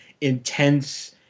intense